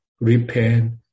repent